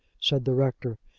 said the rector.